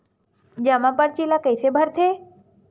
जमा परची ल कइसे भरथे?